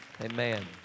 Amen